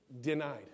denied